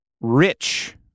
rich